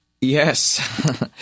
Yes